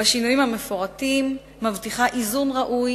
בשינויים המפורטים, מבטיחה איזון ראוי